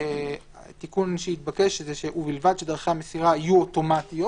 התיקון שהתבקש הוא "ובלבד שדרכי המסירה יהיו אוטומטיות"